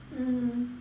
mm